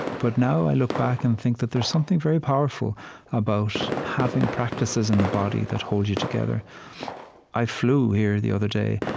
but now i look back and think that there's something very powerful about having practices in the body that hold you together i flew here the other day,